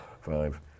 five